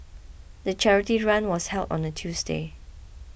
the charity run was held on a Tuesday